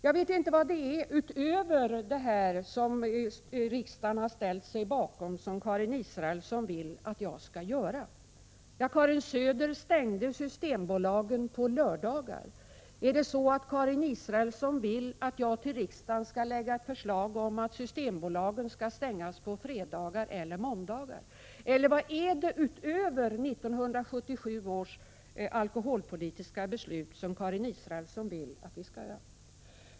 Jag vet inte vad det är utöver vad riksdagen ställt sig bakom som Karin Israelsson vill att jag skall göra. Karin Söder stängde ju systembolagen på lördagar. Vill Karin Israelsson att jag till riksdagen skall lägga fram ett förslag om att systembolagen skall stängas på fredagar eller måndagar, eller vad är det utöver 1977 års alkoholpolitiska beslut som Karin Israelsson vill att vi skall göra?